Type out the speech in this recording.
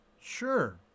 Sure